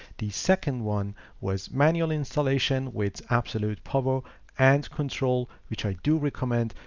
the second one was manual installation with absolute power and control, which i do recommend,